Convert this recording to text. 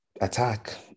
attack